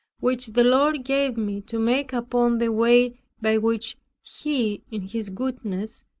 which the lord gave me to make upon the way by which he, in his goodness,